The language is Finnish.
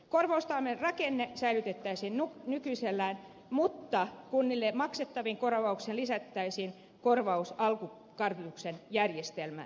korvaustoimen rakenne säilytettäisiin nykyisellään mutta kunnille maksettaviin korvauksiin lisättäisiin korvaus alkukartoituksen järjestämisestä